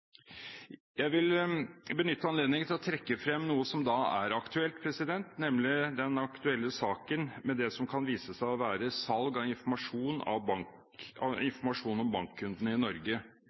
Jeg vil benytte anledningen til å trekke frem noe som er aktuelt, nemlig saken om det som kan vise seg å være salg av informasjon om bankkundene i Norge.